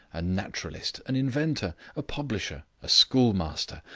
a naturalist, an inventor, a publisher, a schoolmaster,